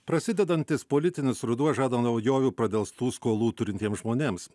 prasidedantis politinis ruduo žada naujovių pradelstų skolų turintiems žmonėms